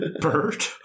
Bird